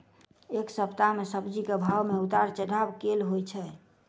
एक सप्ताह मे सब्जी केँ भाव मे उतार चढ़ाब केल होइ छै?